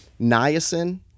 Niacin